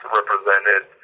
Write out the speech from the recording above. represented